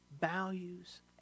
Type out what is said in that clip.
values